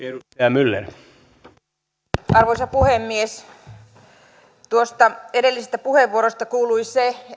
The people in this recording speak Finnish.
arvoisa puhemies tuosta edellisestä puheenvuorosta kuului se